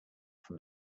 from